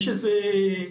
יש איזה,